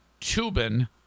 Tubin